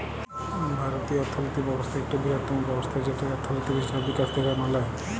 ভারতীয় অথ্থলিতি ব্যবস্থা ইকট বিরহত্তম ব্যবস্থা যেটতে অথ্থলিতির হিছাব লিকাস দ্যাখা ম্যালে